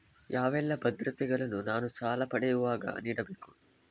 ಯಾವೆಲ್ಲ ಭದ್ರತೆಗಳನ್ನು ನಾನು ಸಾಲ ಪಡೆಯುವಾಗ ನೀಡಬೇಕು?